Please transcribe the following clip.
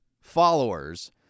followers